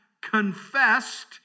confessed